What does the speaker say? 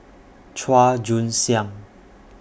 Chua Joon Siang